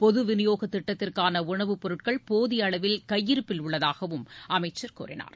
பொது விநியோகத் திட்டத்திற்கான உணவுப்பொருட்கள் போதிய அளவில் கையிருப்பில் உள்ளதாகவும் அமைச்சர் தெரிவித்தார்